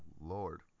Lord